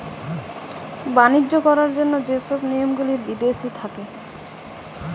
বাণিজ্য করার জন্য যে সব নিয়ম গুলা বিদেশি থাকে